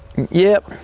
yep.